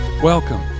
Welcome